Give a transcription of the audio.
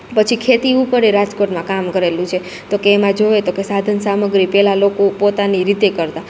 પછી ખેતી ઉપરે રાજકોટમાં કામ કરેલું છે તો કે એમાં જોઈએ તો કે સાધન સામગ્રી પેલા લોકો પોતાની રીતે કરતાં